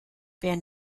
van